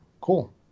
cool